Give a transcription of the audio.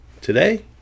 Today